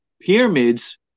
pyramids